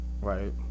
Right